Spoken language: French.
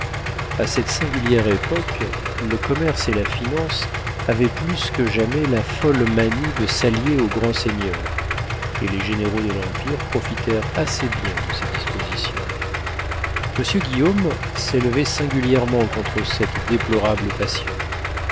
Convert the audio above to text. a cette singulière époque le commerce et la finance avaient plus que jamais la folle manie de s'allier aux grands seigneurs et les généraux de l'empire profitèrent assez bien de ces dispositions monsieur guillaume s'élevait singulièrement contre cette déplorable passion